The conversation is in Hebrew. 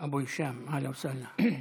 אבו הישאם, אהלן וסהלן.